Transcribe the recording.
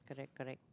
correct correct